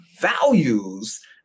values